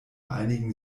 einigen